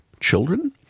children